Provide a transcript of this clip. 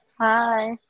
Hi